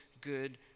good